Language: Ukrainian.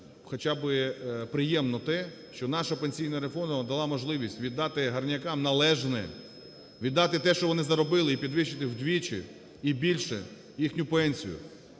хоча би приємно те, що наша пенсійна реформа дала можливість віддати горнякам належне, віддати те, що вони заробили, і підвищити вдвічі, і більше їхню пенсію.